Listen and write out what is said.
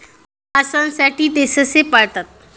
मांसासाठी ते ससे पाळतात